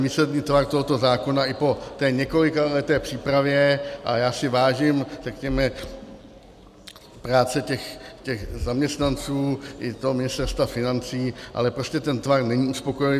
Výsledný tvar tohoto zákona i po té několikaleté přípravě a já si vážím, řekněme, práce těch zaměstnanců i Ministerstva financí, ale ten tvar není uspokojivý.